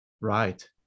Right